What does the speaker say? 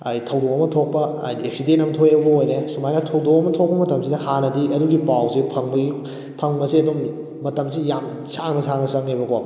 ꯍꯥꯏꯗꯤ ꯊꯧꯗꯣꯛ ꯑꯃ ꯊꯣꯛꯄ ꯍꯥꯏꯗꯤ ꯑꯦꯛꯁꯤꯗꯦꯟ ꯑꯃ ꯊꯣꯛꯦꯕꯨ ꯑꯣꯏꯔꯦ ꯁꯨꯃꯥꯏꯅ ꯊꯧꯗꯣꯛ ꯑꯃ ꯊꯣꯛꯄ ꯃꯇꯝꯁꯤꯗ ꯍꯥꯟꯅꯗꯤ ꯑꯗꯨꯒꯤ ꯄꯥꯎꯁꯤ ꯐꯪꯕꯒꯤ ꯐꯪꯕꯁꯦ ꯑꯗꯨꯝ ꯃꯇꯝꯁꯤ ꯌꯥꯝ ꯁꯥꯡꯅ ꯁꯥꯡꯅ ꯆꯪꯉꯦꯕꯀꯣ